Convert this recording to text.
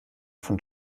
von